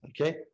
okay